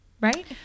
right